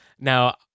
Now